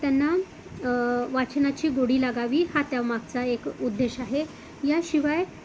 त्यांना वाचनाची गोडी लागावी हा त्यामागचा एक उद्देश आहे याशिवाय